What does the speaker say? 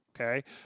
okay